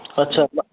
आथ्सा मा